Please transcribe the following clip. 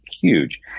huge